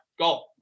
Go